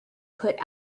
put